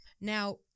Now